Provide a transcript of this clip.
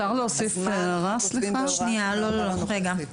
אנחנו כותבים בהוראת המעבר הנוכחית.